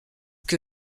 que